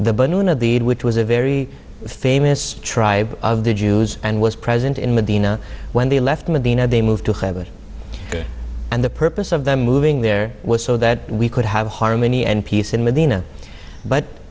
the which was a very famous tribe of the jews and was present in medina when they left medina they moved to have it and the purpose of them moving there was so that we could have harmony and peace in medina but